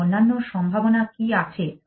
তাই অন্যান্য সম্ভাবনা কী আছে